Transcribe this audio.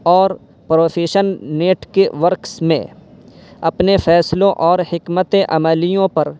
اور profession net کے works میں اپنے فیصلوں اور حکمت عملیوں پر